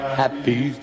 happy